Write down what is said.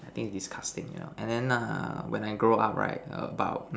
I think is disgusting you know and then err when I grow up right about